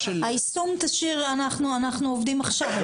היישום, תשאיר, אנחנו עובדים על יישום של מנגנון.